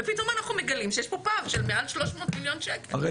ופתאום אנחנו מגלים שיש פה פער של למעלה מ-300 מיליון שקל.